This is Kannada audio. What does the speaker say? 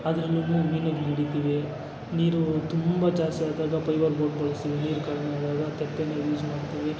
ಅದರಲ್ಲೂ ಮೀನುಗಳು ಹಿಡಿತೀವಿ ನೀರೂ ತುಂಬ ಜಾಸ್ತಿ ಆದಾಗ ಪೈಬರ್ ಬೋಟ್ ಬಳಸ್ತೀವಿ ನೀರು ಕಡಿಮೆ ಆದಾಗ ತೆಪ್ಪನ ಯೂಸ್ ಮಾಡ್ತೀವಿ